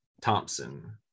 thompson